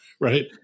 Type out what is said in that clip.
right